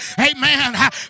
amen